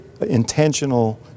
intentional